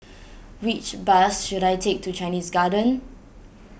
which bus should I take to Chinese Garden